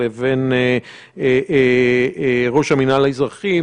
לבין ראש המנהל האזרחי,